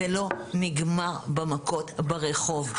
זה לא נגמר במכות ברחוב,